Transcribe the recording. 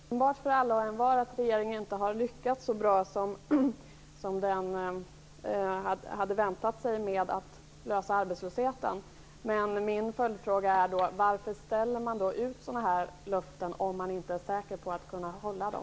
Fru talman! Det är uppenbart för alla och envar att regeringen inte har lyckats så bra med att lösa problemet med arbetslösheten som man hade väntat sig. Min följdfråga är då: Varför ställer man ut sådana löften om man inte är säker på att kunna hålla dem?